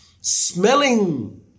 smelling